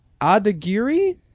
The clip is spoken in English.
Adagiri